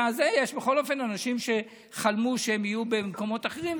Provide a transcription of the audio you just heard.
יש בכל אופן אנשים שחלמו שהם יהיו במקומות אחרים,